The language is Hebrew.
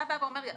אתה בא ואומר לי,